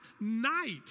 night